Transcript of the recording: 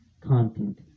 content